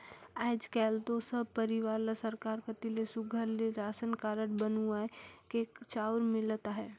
आएज काएल दो सब परिवार ल सरकार कती ले सुग्घर ले रासन कारड बनुवाए के चाँउर मिलत अहे